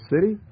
city